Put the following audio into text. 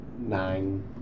Nine